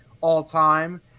all-time